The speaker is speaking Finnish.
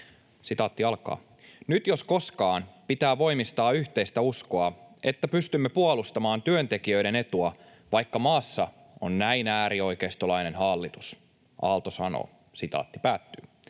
puheenjohtajalta: ”Nyt jos koskaan pitää voimistaa yhteistä uskoa, että pystymme puolustamaan työntekijöiden etua, vaikka maassa on näin äärioikeistolainen hallitus.” Näin lausui